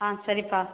ஆ சரிப்பா